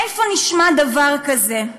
איפה נשמע דבר כזה?